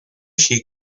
she